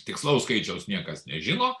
tikslaus skaičiaus niekas nežino